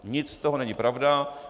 Nic z toho není pravda.